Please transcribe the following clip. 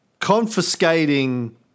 confiscating